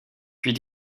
puis